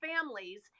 families